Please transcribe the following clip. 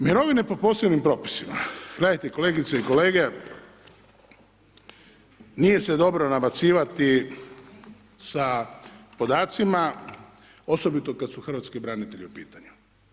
Mirovine po posebnim propisima, gledajte kolegice i kolege, nije se dobro nabacivati sa podacima osobito kad su hrvatski branitelji u pitanju.